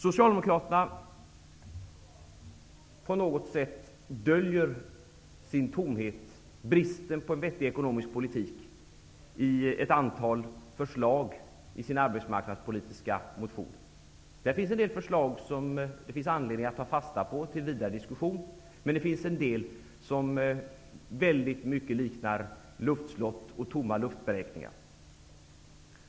Socialdemokraterna döljer på något sätt sin tomhet, bristen på en vettig ekonomisk politik, i ett antal förslag i sin arbetsmarknadspolitiska motion. Där finns en del förslag som det finns anledning att ta fasta på till vidare diskussion, men det finns också en del förslag som mycket liknar luftslott och tomma luftberäkningar.